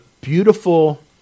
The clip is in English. beautiful